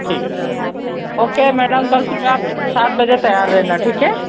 ठीक है okay madam कल सुबह आप सात बजे तैयार रहना ठीक है